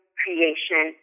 creation